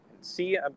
See